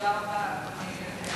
אדוני סגן השר,